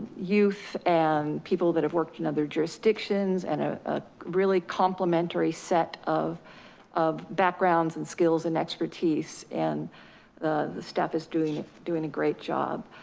youth and people that have worked in other jurisdictions and ah a really complimentary set of of backgrounds and skills and expertise, and the staff is doing doing a great job.